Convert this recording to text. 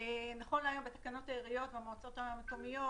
נכון להיום בתקנות, בעיריות, במועצות המקומיות,